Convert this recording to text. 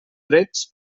trets